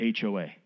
HOA